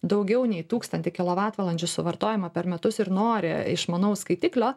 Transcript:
daugiau nei tūkstantį kilovatvalandžių suvartijamą per metus ir nori išmanaus skaitiklio